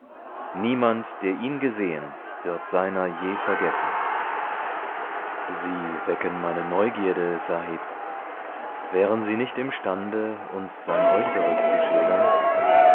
niemand der ihn gesehen wird seiner je vergessen sie wecken meine neugierde sahib wären sie nicht imstande uns sein äußeres zu schildern